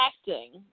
acting